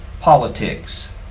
politics